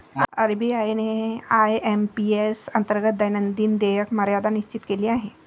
RBI ने IMPS अंतर्गत दैनंदिन देयक मर्यादा निश्चित केली आहे